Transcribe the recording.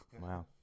wow